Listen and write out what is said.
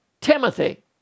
Timothy